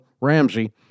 Ramsey